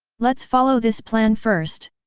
let's follow this plan first!